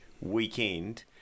weekend